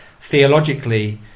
theologically